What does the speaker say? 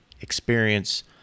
experience